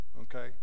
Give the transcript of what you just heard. Okay